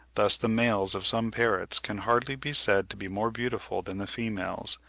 thus the males of some parrots can hardly be said to be more beautiful than the females,